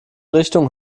richtung